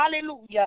hallelujah